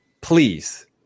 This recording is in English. Please